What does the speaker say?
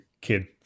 kid